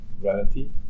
reality